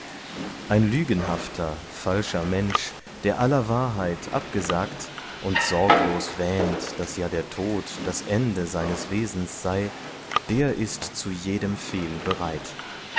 ein lügenhafter falscher mensch der aller wahrheit abgesagt und sorglos wähnt daß ja der tod das ende seines wesens sei der ist zu jedem fehl bereit